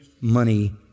money